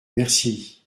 merci